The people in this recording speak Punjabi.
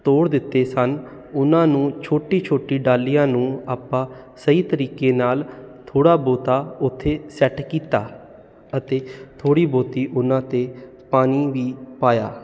ਤੋੜ ਦਿੱਤੇ ਸਨ ਉਹਨਾਂ ਨੂੰ ਛੋਟੀ ਛੋਟੀ ਡਾਲੀਆਂ ਨੂੰ ਆਪਾਂ ਸਹੀ ਤਰੀਕੇ ਨਾਲ ਥੋੜ੍ਹਾ ਬਹੁਤਾ ਉੱਥੇ ਸੈੱਟ ਕੀਤਾ ਅਤੇ ਥੋੜ੍ਹੀ ਬਹੁਤੀ ਉਹਨਾਂ 'ਤੇ ਪਾਣੀ ਵੀ ਪਾਇਆ